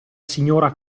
signora